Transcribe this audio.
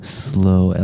slow